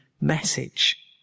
message